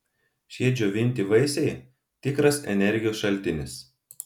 šie džiovinti vaisiai tikras energijos šaltinis